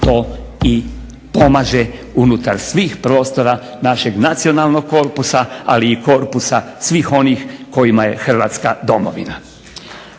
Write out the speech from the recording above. to i pomaže unutar svih prostora našeg nacionalnog korpusa, ali i korpusa svih onih kojima je Hrvatska Domovina.